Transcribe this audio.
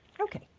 Okay